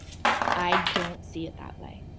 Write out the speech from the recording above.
i don't see it that way.